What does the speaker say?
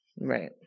Right